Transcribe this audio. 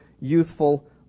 youthful